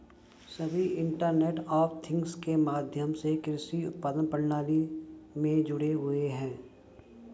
सभी internet of things के माध्यम से कृषि उत्पादन प्रणाली में जुड़े हुए हैं